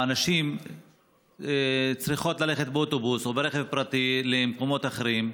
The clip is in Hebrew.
הנשים צריכות לנסוע באוטובוס או ברכב פרטי למקומות אחרים.